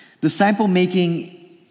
disciple-making